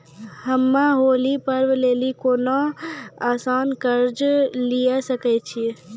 हम्मय होली पर्व लेली कोनो आसान कर्ज लिये सकय छियै?